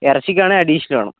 ഇറച്ചിക്കാണെങ്കിൽ additional വേണം